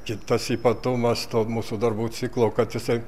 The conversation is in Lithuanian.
kitas ypatumas to mūsų darbų ciklo kad jisai